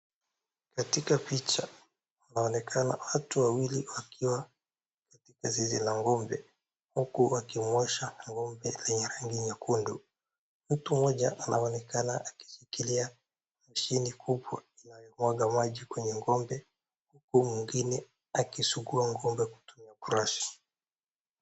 Katika picha inaonekana watu wawili wakiwa katika zizi la ng'ombe, huku wakimwosha ng'ombe na rangi nyekundu. Mtu mmoja anaonekana akishikilia mshini kubwa inayomwaga maji kwenye ng'ombe huku mwingine akisugua ng'ombe na brush .